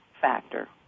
factor